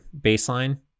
baseline